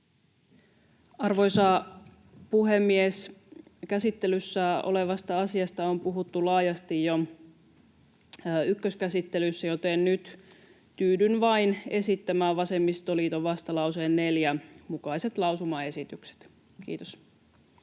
Arvoisa puhemies! Käsittelyssä olevasta asiasta on puhuttu laajasti jo ykköskäsittelyssä, joten nyt tyydyn vain esittämään vasemmistoliiton vastalauseen 4 mukaiset lausumaesitykset. — Kiitos.